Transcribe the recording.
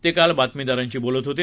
ते काल बातमीदारांशी बोलत होते